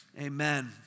Amen